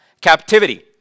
captivity